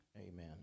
Amen